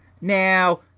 Now